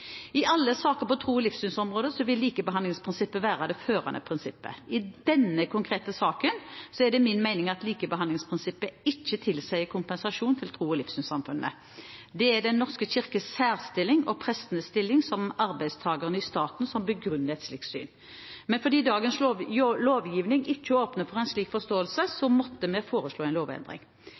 I alle saker på tros- og livssynsområdet vil likebehandlingsprinsippet være det førende prinsippet. I denne konkrete saken er det min mening at likebehandlingsprinsippet ikke tilsier kompensasjon til tros- og livssynssamfunnene. Det er Den norske kirkes særstilling og prestenes stilling som arbeidstakere i staten som begrunner et slikt syn. Men fordi dagens lovgivning ikke åpner for en slik forståelse, måtte vi foreslå en lovendring.